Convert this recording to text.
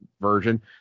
version